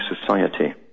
society